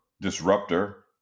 disruptor